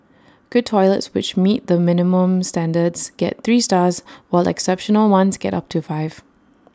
good toilets which meet the minimum standards get three stars while exceptional ones get up to five